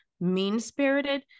mean-spirited